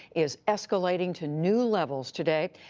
is escalating to new levels today.